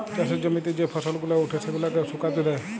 চাষের জমিতে যে ফসল গুলা উঠে সেগুলাকে শুকাতে দেয়